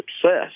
success